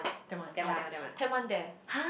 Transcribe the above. tent one ya tent one there